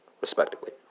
respectively